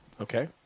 Okay